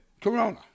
Corona